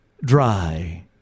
dry